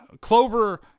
clover